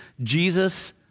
Jesus